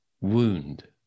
wound